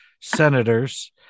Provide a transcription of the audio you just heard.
senators